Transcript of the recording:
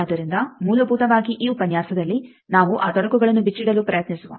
ಆದ್ದರಿಂದ ಮೂಲಭೂತವಾಗಿ ಈ ಉಪನ್ಯಾಸದಲ್ಲಿ ನಾವು ಆ ತೊಡಕುಗಳನ್ನು ಬಿಚ್ಚಿಡಲು ಪ್ರಯತ್ನಿಸುವ